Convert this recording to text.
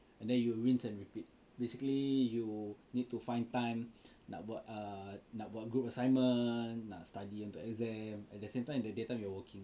and then you rinse and repeat basically you need to find time nak buat err nak buat group assignment nak study untuk exam at the same time in the daytime you are working